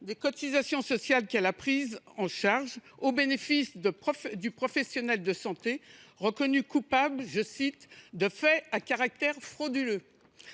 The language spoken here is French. des cotisations sociales qu’elle a prises en charge au bénéfice du professionnel de santé reconnu coupable de faits à caractère frauduleux.